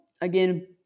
again